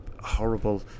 horrible